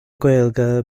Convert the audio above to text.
ghaeilge